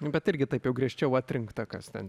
nu bet irgi taip jau griežčiau atrinkta kas ten